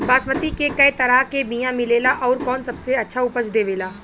बासमती के कै तरह के बीया मिलेला आउर कौन सबसे अच्छा उपज देवेला?